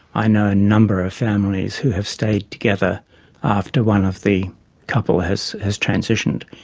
i know a number of families who have stayed together after one of the couple has has transitioned.